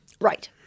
Right